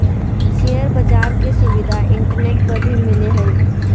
share बाज़ार के सुविधा इंटरनेट पर भी मिलय हइ